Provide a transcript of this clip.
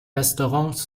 restaurants